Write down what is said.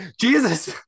jesus